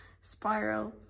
spiral